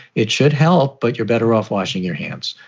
it should help, but you're better off washing your hands.